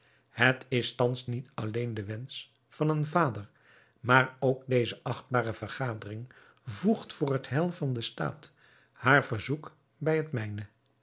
het is thans niet alleen de wensch van een vader maar ook deze achtbare vergadering voegt voor het heil van den staat haar verzoek bij het mijne